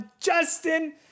Justin